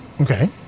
Okay